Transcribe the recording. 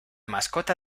mascota